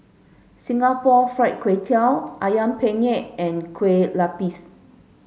Singapore Fried Kway Tiao Ayam Penyet and Kueh Lupis